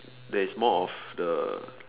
there is most of the